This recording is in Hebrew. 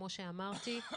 כמו שאמרתי,